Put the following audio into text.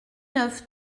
neuf